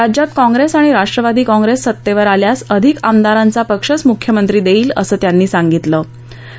राज्यात काँग्रेस आणि राष्ट्रवादी काँग्रेस सत्तेवर आल्यास अधिक आमदारांचा पक्षच मुख्यमंत्री देईल असं त्यांनी सांगितलं म्हणाले